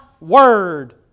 word